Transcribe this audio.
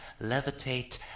levitate